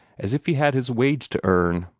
as if he had his wage to earn.